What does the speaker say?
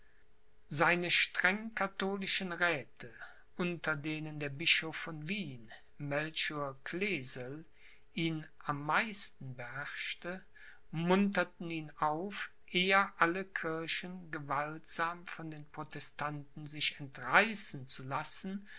seine streng katholischen räthe unter denen der bischof von wien melchior clesel ihn am meisten beherrschte munterten ihn auf eher alle kirchen gewaltsam von den protestanten sich entreißen zu lassen